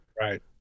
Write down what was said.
Right